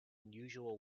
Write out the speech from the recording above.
unusual